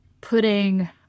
putting